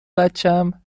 بچم